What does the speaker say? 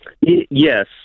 Yes